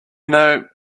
know